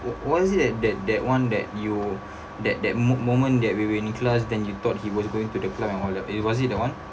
why is it that that one that you that that mo~ moment that we with nicholas then you thought he was going to the club or was it that one